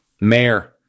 Mayor